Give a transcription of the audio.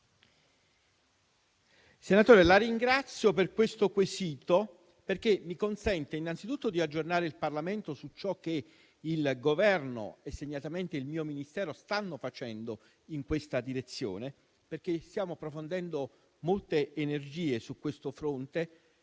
senatore Pirondini per questo quesito, perché mi consente, innanzitutto, di aggiornare il Parlamento su ciò che il Governo e segnatamente il mio Ministero stanno facendo in questa direzione, perché stiamo profondendo molte energie su questo fronte